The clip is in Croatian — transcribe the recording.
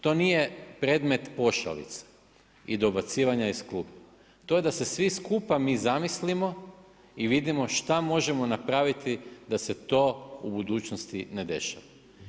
To nije predmet pošalice i dobacivanje iz klupe, to je da se svi skupa mi zamislimo i vidimo šta možemo napraviti da se to u budućnosti ne dešava.